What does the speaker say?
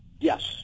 Yes